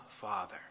Father